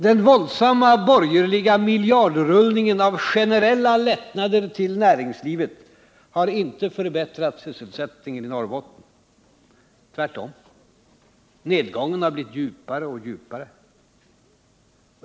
Den våldsamma borgerliga miljardrullningen av generella lättnader till näringslivet har inte förbättrat sysselsättningen i Norrbotten — tvärtom; nedgången har blivit djupare och djupare.